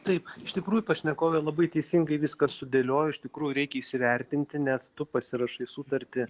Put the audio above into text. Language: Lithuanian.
taip iš tikrųjų pašnekovė labai teisingai viską sudėliojo iš tikrųjų reikia įsivertinti nes tu pasirašai sutartį